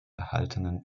erhaltenen